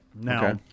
Now